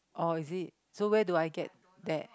oh is it so where do I get there